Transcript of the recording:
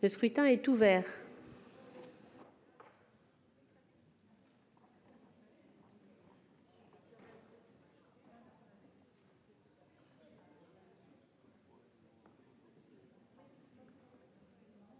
Le scrutin est ouvert.